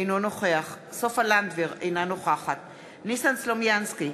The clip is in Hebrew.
אינו נוכח סופה לנדבר, אינה נוכחת ניסן סלומינסקי,